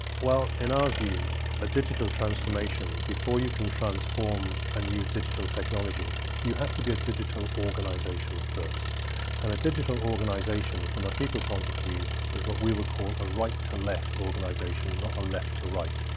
well in our view a digital transformation before you can transform and use digital technology you have to be a digital organisation first and a digital organisation from a people point of view is what we would call a right to left organisation and not a left to right.